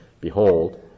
Behold